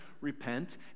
repent